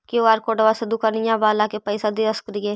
QR कोडबा से दुकनिया बाला के पैसा दे सक्रिय?